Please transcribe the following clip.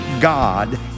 God